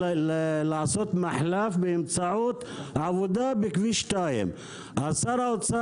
לעשות מחלף באמצעות העבודה בכביש 2. שר האוצר